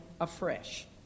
afresh